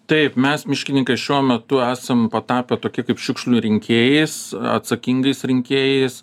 taip mes miškininkai šiuo metu esam patapę tokie kaip šiukšlių rinkėjais atsakingais rinkėjais